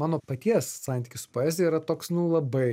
mano paties santykis su poezija yra toks nu labai